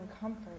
comfort